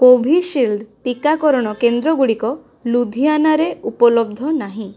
Covishield ଟିକାକରଣ କେନ୍ଦ୍ରଗୁଡ଼ିକ ଲୁଧିଆନାରେ ଉପଲବ୍ଧ ନାହିଁ